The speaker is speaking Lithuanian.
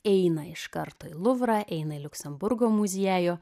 eina iš karto į luvrą eina į liuksemburgo muziejų